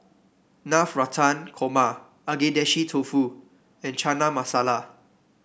Navratan Korma Agedashi Dofu and Chana Masala